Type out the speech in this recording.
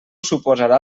suposarà